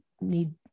need